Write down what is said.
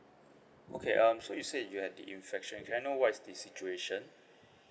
okay um so you said you had the infection can I know what's the situation